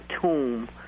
tomb